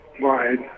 wide